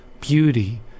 beauty